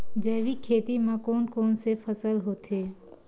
जैविक खेती म कोन कोन से फसल होथे?